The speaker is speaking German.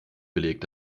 belegt